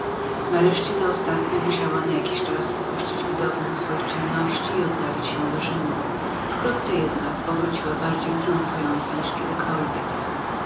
nareszcie ta ostatnia musiała na jakiś czas opuścić widownię swoich czynności i oddalić się do rzymu wkrótce jednak powróciła bardziej tryumfująca niż kiedykolwiek